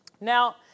Now